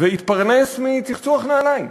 והתפרנס מצחצוח נעליים.